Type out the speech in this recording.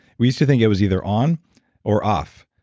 we used to think it was either on or off.